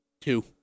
Two